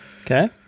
Okay